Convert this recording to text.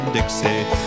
Dixie